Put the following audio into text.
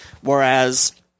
Whereas